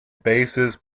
basis